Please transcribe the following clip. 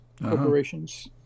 corporations